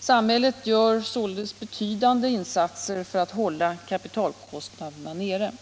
Samhället gör således betydande insatser för att hålla kapitalkostnaderna nere.